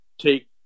take